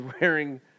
wearing